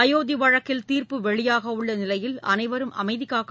அயோத்தி வழக்கில் தீர்ப்பு வெளியாக உள்ள நிலையில் அனைவரும் அமைதி காக்க